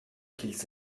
qu’ils